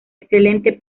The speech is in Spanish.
excelente